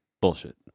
bullshit